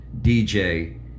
DJ